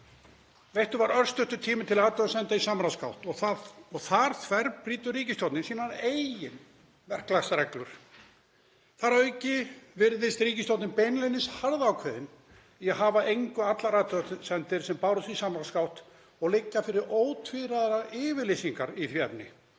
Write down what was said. Veittur var örstuttur tími til athugasemda í samráðsgátt og þar þverbrýtur ríkisstjórnin sínar eigin verklagsreglur. Þar að auki virðist ríkisstjórnin beinlínis harðákveðin í að hafa að engu allar athugasemdir sem bárust í samráðsgátt og liggja fyrir ótvíræðar yfirlýsingar í því efni.